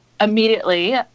immediately